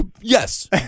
yes